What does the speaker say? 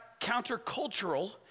countercultural